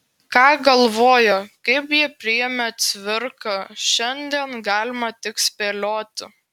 ką galvojo kaip jį priėmė cvirka šiandien galima tik spėlioti